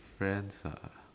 friends ah